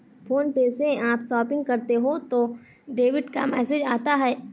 phone पे से आप शॉपिंग करते हो तो डेबिट का मैसेज आता है